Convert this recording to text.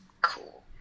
Cool